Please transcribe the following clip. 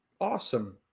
Awesome